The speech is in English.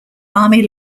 army